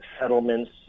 settlements